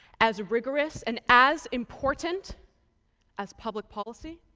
as rigorous and as important as public policy?